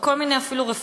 וכל מיני רפורמות,